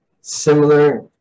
similar